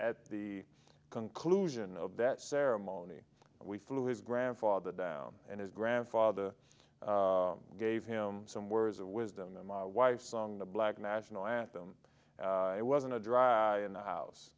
at the conclusion of that ceremony we flew his grandfather down and his grandfather gave him some words of wisdom that my wife song the black national anthem i wasn't a dry eye in the house